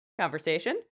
conversation